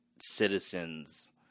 citizens